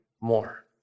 more